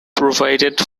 provided